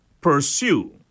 pursue